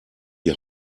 die